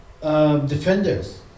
defenders